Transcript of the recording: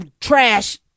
trash